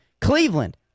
Cleveland